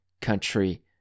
country